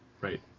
right